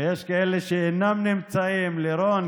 ויש כאלה שאינם נמצאים: לירון,